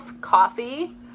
Coffee